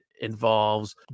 involves